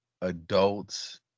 adults